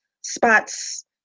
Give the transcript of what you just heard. spots